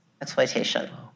exploitation